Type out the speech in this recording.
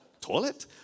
Toilet